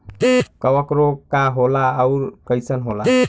कवक रोग का होला अउर कईसन होला?